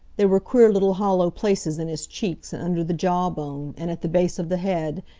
there were queer little hollow places in his cheeks, and under the jaw-bone, and at the base of the head,